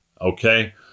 Okay